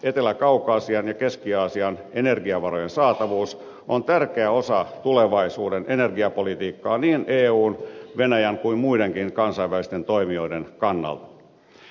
etelä kaukasian ja keski aasian energiavarojen saatavuus on tärkeä osa tulevaisuuden energiapolitiikkaa niin eun venäjän kuin muidenkin kansainvälisten toimijoiden kannalta